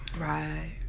Right